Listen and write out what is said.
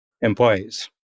employees